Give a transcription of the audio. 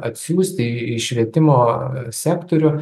atsiųsti į švietimo sektorių